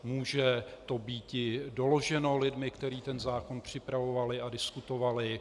Může to býti doloženo lidmi, kteří ten zákon připravovali a diskutovali.